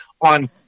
on